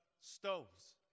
stoves